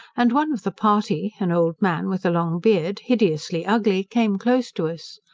and one of the party, an old man, with a long beard, hideously ugly, came close to us.